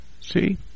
see